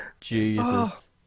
Jesus